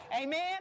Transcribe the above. amen